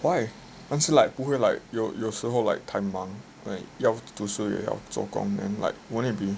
why until like 不会来有有时候 like 太忙没要读书也要作工 and like won't it be